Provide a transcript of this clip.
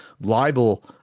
libel